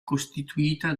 costituita